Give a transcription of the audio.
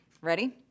Ready